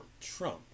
Trump